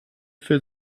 für